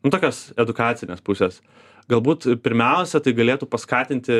nu tokios edukacinės pusės galbūt pirmiausia tai galėtų paskatinti